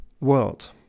world